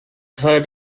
heard